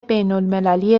بینالمللی